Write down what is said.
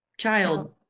Child